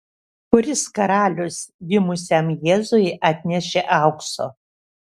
kuris karalius gimusiam jėzui atnešė aukso